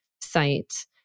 site